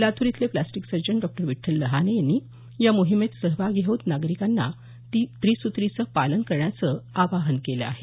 लातूर इथले plastic surgeon डॉ विठ्ठल लहाने यांनी या मोहिमेत सहभागी होत नागरिकांना त्रिस्त्रीचं पालन करण्याचं आवाहन केलं आहे